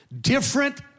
different